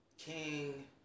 King